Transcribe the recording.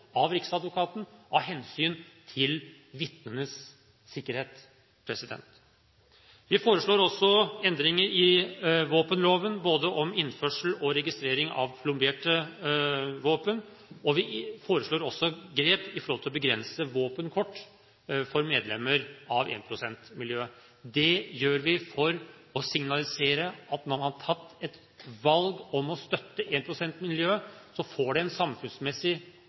av riksadvokaten, av hensyn til vitnenes sikkerhet. Vi foreslår også endringer i våpenloven, både om innførsel og registrering av plomberte våpen, og vi foreslår grep for å begrense våpenkort for medlemmer av énprosentmiljøet. Det gjør vi for å signalisere at når man har tatt et valg om å støtte énprosentmiljøet, får det en samfunnsmessig